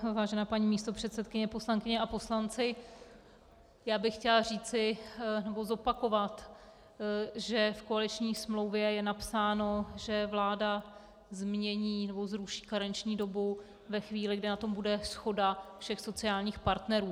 Vážená paní místopředsedkyně, poslankyně a poslanci, já bych chtěla zopakovat, že v koaliční smlouvě je napsáno, že vláda změní nebo zruší karenční dobu ve chvíli, kdy na tom bude shoda všech sociálních partnerů.